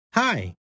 Hi